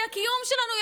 היא הקיום שלנו,